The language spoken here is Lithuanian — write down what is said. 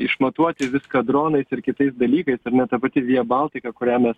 išmatuoti viską dronais ir kitais dalykais ar ne ta pati via baltika kurią mes